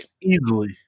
Easily